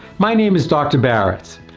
my name is dr. baritz.